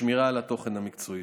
בשמירה על התוכן המקצועי.